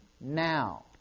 Now